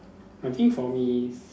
I think for me is